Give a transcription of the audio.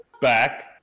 back